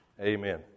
amen